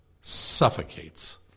suffocates